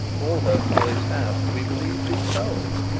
all her follies have, we believe, been told.